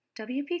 WP